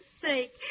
sake